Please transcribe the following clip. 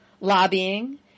lobbying